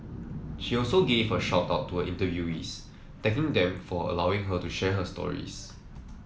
she also gave a shout out to her interviewees thanking them for allowing her to share their stories